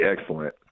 excellent